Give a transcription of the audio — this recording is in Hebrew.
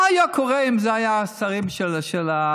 מה היה קורה אם אלה היו השרים של הליכוד?